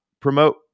promote